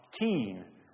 keen